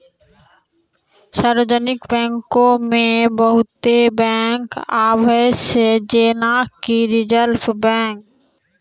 सार्वजानिक बैंको मे बहुते बैंक आबै छै जेना कि रिजर्व बैंक